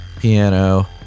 piano